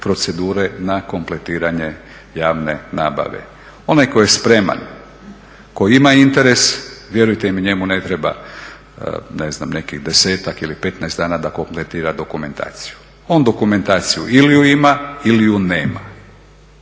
procedure na kompletiranje javne nabave. Onaj koji je spreman, koji ima interes, vjerujte mi njemu ne treba, ne znam nekih 10-ak ili 15 dana da kompletira dokumentaciju, on dokumentaciju ili ju ima ili ju nema.